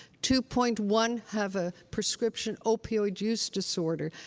two point one have a prescription opioid use disorder.